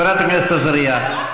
חברת הכנסת עזריה,